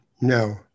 No